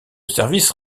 services